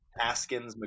Askins